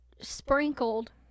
sprinkled